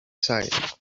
side